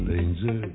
Danger